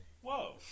Whoa